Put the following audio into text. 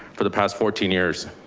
for the past fourteen years.